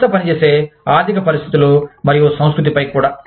సంస్థ పనిచేసే ఆర్థిక పరిస్థితులు మరియు సంస్కృతి పై కూడా